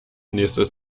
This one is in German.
nächstes